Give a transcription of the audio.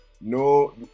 no